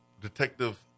Detective